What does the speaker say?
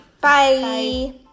Bye